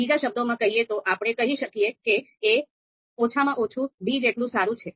બીજા શબ્દોમાં કહીએ તો આપણે કહી શકીએ કે a ઓછામાં ઓછું b જેટલું સારું છે